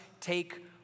take